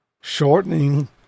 Shortening